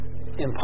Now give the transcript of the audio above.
impossible